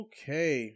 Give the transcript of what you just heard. Okay